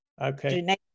Okay